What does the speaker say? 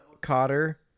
Cotter